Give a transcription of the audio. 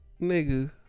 nigga